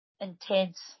intense